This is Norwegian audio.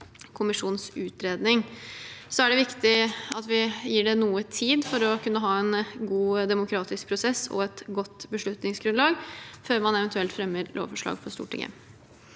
kommisjonens utredning. Så er det viktig at vi gir det noe tid, for å kunne ha en god demokratisk prosess og et godt beslutningsgrunnlag før man eventuelt fremmer lovforslag for Stortinget.